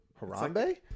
Harambe